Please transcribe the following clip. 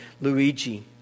Luigi